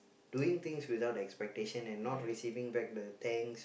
doing things without expectation and not receiving back the thanks